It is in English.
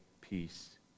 peace